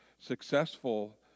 successful